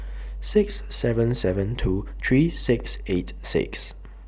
six seven seven two three six eight six